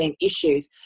issues